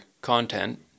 content